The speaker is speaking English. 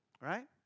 Right